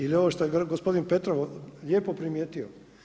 Ili ovo što je gospodin Petrov lijepo primijetio.